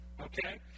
okay